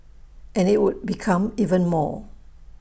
and IT would become even more